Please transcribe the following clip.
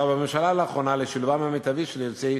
בממשלה לאחרונה לשילובם המיטבי של יוצאי